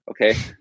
Okay